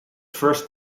first